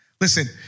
Listen